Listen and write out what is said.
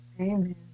amen